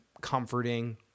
comforting